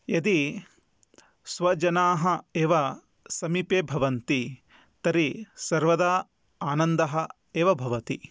यदि स्वजनाः एव समीपे भवन्ति तर्हि सर्वदा आनन्दः एव भवति